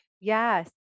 Yes